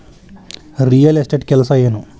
real estate ಕೆಲಸ ಏನು